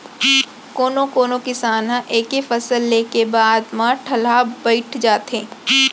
कोनो कोनो किसान ह एके फसल ले के बाद म ठलहा बइठ जाथे